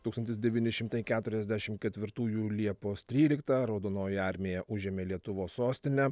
tūkstantis devyni šimtai keturiasdešim ketvirtųjų liepos tryliktą raudonoji armija užėmė lietuvos sostinę